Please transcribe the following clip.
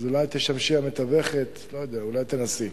אולי תשמשי המתווכת, לא יודע, אולי תנסי.